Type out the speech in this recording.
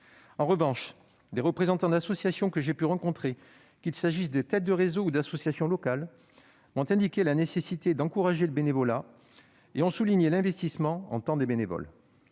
En revanche, les représentants d'associations que j'ai pu rencontrer, qu'il s'agisse de têtes de réseau ou d'associations locales, m'ont indiqué la nécessité d'encourager le bénévolat et ont souligné l'investissement en temps des bénévoles.